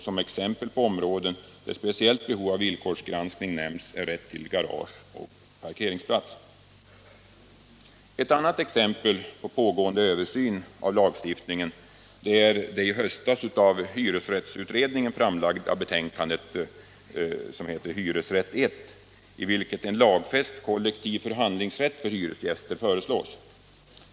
Som exempel på områden där speciellt behov av villkorsgranskning föreligger nämns rätt till garage och parkeringsplats. Ett annat exempel på pågående översyn av lagstiftningen är det i höstas av hyresrättsutredningen framlagda betänkandet Hyresrätt I, i vilket en lagfäst kollektiv förhandlingsrätt för hyresgäster föreslås.